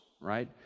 right